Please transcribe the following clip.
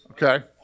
Okay